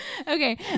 Okay